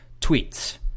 Tweets